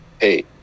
hey